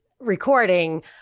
recording